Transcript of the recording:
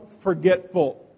forgetful